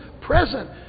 present